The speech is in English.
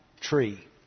tree